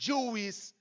Jewish